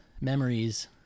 memories